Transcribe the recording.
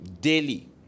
daily